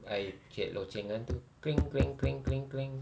I picit loceng yang itu